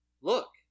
Look